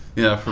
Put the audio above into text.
yeah for